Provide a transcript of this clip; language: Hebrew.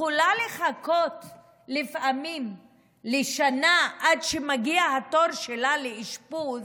יכולה לחכות לפעמים שנה עד שמגיע התור שלה לאשפוז,